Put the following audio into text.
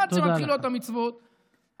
עד שמתחילות המצוות,